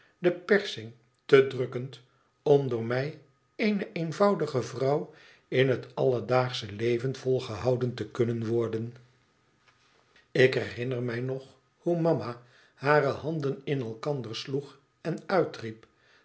de persing te drukkend om door mij eene eenvoudige vrouw in het alledaagsche leven volgehouden te kunnen worden ik herinner mij nog hoe mama hare handen in elkander sloeg en uitriep